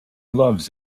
loves